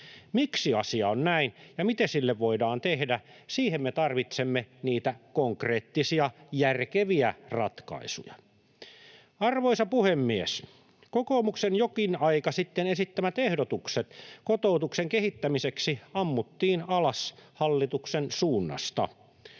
Miksi asia on näin, ja mitä sille voidaan tehdä? Siihen me tarvitsemme niitä konkreettisia, järkeviä ratkaisuja. Arvoisa puhemies! Kokoomuksen jokin aika sitten esittämät ehdotukset kotoutuksen kehittämiseksi ammuttiin alas hallituksen suunnasta.